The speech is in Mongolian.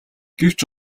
гэвч